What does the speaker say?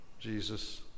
Jesus